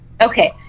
Okay